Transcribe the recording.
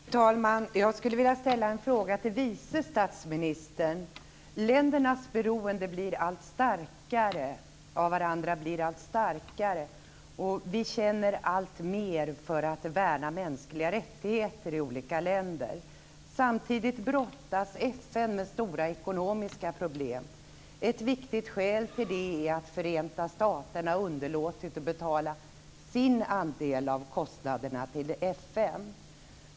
Fru talman! Jag skulle vilja ställa en fråga till vice statsministern. Ländernas beroende av varandra blir allt starkare, och vi känner alltmer för att värna mänskliga rättigheter i olika länder. Samtidigt brottas FN med stora ekonomiska problem. Ett viktigt skäl för det är att Förenta staterna underlåtit att betala sin andel av kostnaderna till FN.